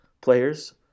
players